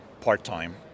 part-time